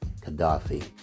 Gaddafi